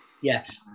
Yes